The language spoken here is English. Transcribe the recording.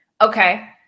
Okay